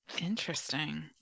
interesting